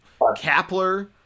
Kapler –